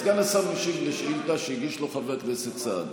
סגן השר משיב על שאילתה שהגיש לו חבר הכנסת סעדי.